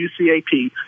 UCAP